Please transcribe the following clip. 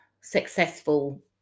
successful